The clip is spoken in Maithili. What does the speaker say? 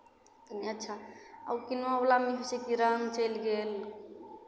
अच्छा आ ओ कीनुआवलामे छै कि रङ्ग चलि गेल